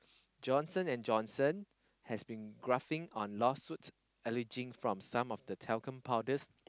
Johnson-and-Johnson has been graphing on lawsuits alleging from some of the talcum powders